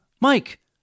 Mike